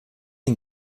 den